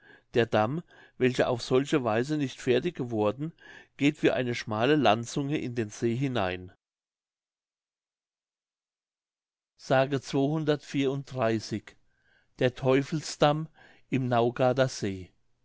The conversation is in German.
der damm welcher auf solche weise nicht fertig geworden geht wie eine schmale landzunge in den see hinein der teufelsdamm im naugarder see